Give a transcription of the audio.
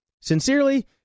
Sincerely